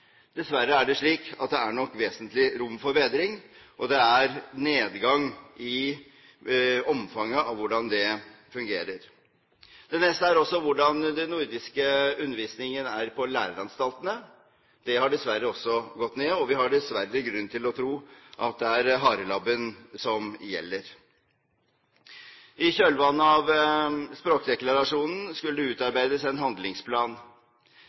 Dessverre er det slik at det nok er vesentlig rom for forbedring, det går nedover med hensyn til hvordan det fungerer. Det neste er også hvordan den nordiske undervisningen er ved læreanstaltene. Der har det dessverre også gått nedover, og vi har dessverre grunn til å tro at det er harelabben som gjelder. I kjølvannet av språkdeklarasjonen skulle det utarbeides en handlingsplan.